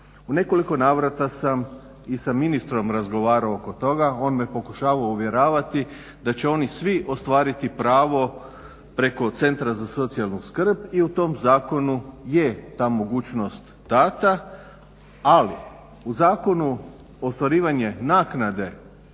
U nekoliko navrata sam i sa ministrom razgovarao oko toga, on me pokušavao uvjeravati da će oni svi ostvariti pravo preko centra za socijalnu skrb i u tom zakonu je ta mogućnost data ali u zakonu ostvarivanje nakade